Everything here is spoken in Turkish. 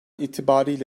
itibarıyla